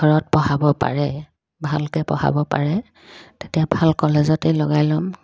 ঘৰত পঢ়াব পাৰে ভালকৈ পঢ়াব পাৰে তেতিয়া ভাল কলেজতেই লগাই ল'ম